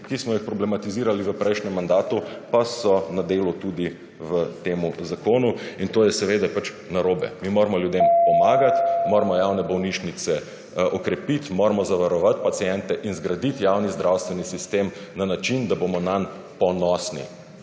ki smo jih problematizirali v prejšnjem mandatu pa so na delu tudi v temu zakonu in to je seveda pač narobe. Mi moramo ljudem / znak za konec razprave/ pomagat, moramo javne bolnišnice okrepit, moramo zavarovat paciente in zgradit javni zdravstveni sistem na način, da bomo nanj ponosni,